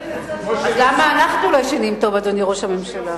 אז למה אנחנו לא ישנים טוב, אדוני ראש הממשלה?